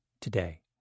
today